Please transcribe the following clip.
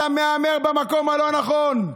אתה מהמר במקום הלא-נכון.